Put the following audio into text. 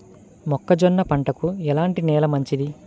మొక్క జొన్న పంటకు ఎలాంటి నేల మంచిది?